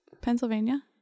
Pennsylvania